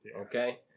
Okay